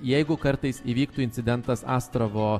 jeigu kartais įvyktų incidentas astravo